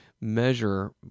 measure